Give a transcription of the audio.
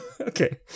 Okay